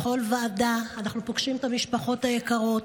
בכל ועדה אנחנו פוגשים את המשפחות היקרות.